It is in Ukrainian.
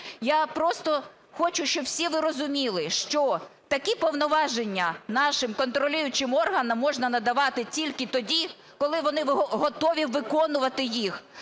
я просто хочу, щоб всі ви розуміли, що такі повноваження нашим контролюючим органам можна надавати тільки тоді, коли вони готові виконувати їх.